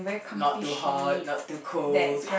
not too hot not too cold